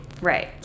Right